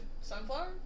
Sunflower